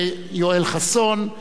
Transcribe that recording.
יואל חסון,